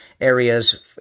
areas